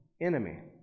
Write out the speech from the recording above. enemy